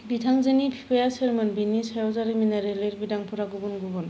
बिथांजोनि बिफाया सोरमोन बेनि सायाव जारिमिनारि लिरबिदांफोरा गुबुन गुबुन